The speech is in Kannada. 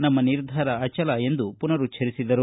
ನಮ್ಮ ನಿರ್ಧಾರ ಅಚಲ ಎಂದು ಪುನರುಚ್ಚರಿಸಿದರು